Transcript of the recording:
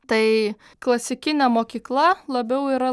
tai klasikinė mokykla labiau yra